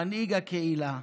מנהיג הקהילה,